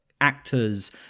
actors